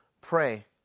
pray